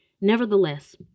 nevertheless